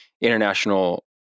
international